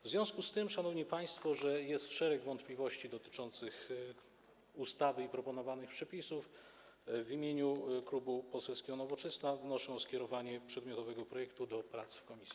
W związku z tym, szanowni państwo, że jest szereg wątpliwości dotyczących ustawy i proponowanych tu przepisów, w imieniu Klubu Poselskiego Nowoczesna wnoszę o skierowanie przedmiotowego projektu do prac w komisji.